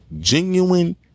genuine